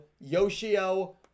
Yoshio